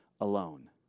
alone